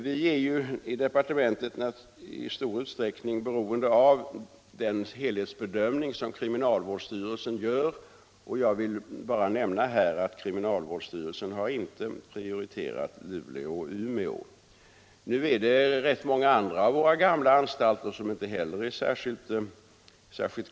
Vi är ju i departementet i stor utsträckning beroende av den helhetsbedömning som kriminalvårdsstyrelsen gör. Jag vill här bara nämna att kriminalvårdsstyrelsen inte har prioriterat Luleå och Umeå. Det är rätt många andra av våra gamla anstalter som inte heller är i särskilt gott skick.